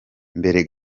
mbere